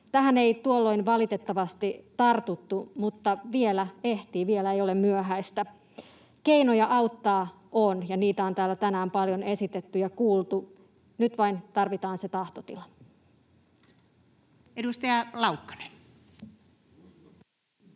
Tähän ei tuolloin valitettavasti tartuttu, mutta vielä ehtii, vielä ei ole myöhäistä. Keinoja auttaa on, ja niitä on täällä tänään paljon esitetty ja kuultu — nyt vain tarvitaan se tahtotila. [Speech